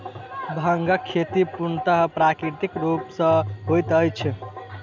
भांगक खेती पूर्णतः प्राकृतिक रूप सॅ होइत अछि